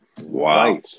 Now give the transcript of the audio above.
wow